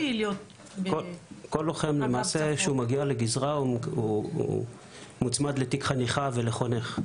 כל לוחם שמגיע לגזרה מוצמד לתיק חניכה ולחונך.